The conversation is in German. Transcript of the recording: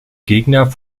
gegner